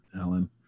Alan